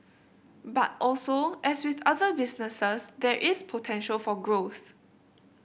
but also as with other businesses there is potential for growth